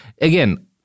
again